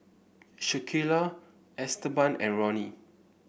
Shaquille Esteban and Ronny